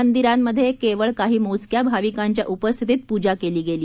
मंदिरांमधे केवळ काही मोजक्या भाविकांच्या उपस्थितीत पूजा केली गेली